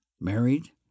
married